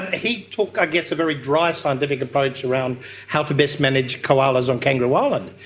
ah he took i guess a very dry scientific approach around how to best manage koalas on kangaroo island,